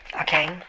Okay